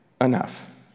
enough